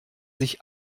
sich